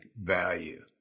value